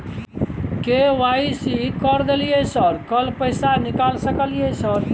KYC कर दलियै sir कल पैसा निकाल सकलियै सर?